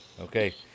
Okay